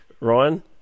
Ryan